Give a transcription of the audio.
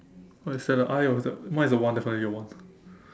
oh it's at the I of the mine is a one definitely a one